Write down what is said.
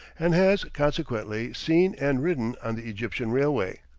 and has, consequently, seen and ridden on the egyptian railway.